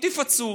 תפצו,